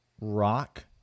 rock